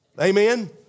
Amen